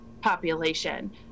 population